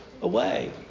Away